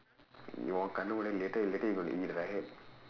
you want then later later you going to eat right